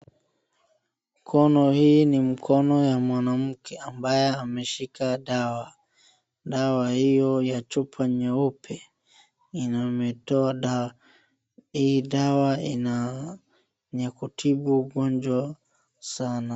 Kono hii ni mkono ya mwanamke ambaye ameshika dawa. Dawa hio ya chupa nyeupe yenye ametoa dawa. Hii dawa ni ya kutibu ugonjwa sana.